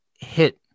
hit